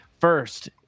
first